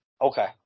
Okay